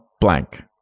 blank